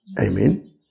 Amen